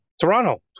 Toronto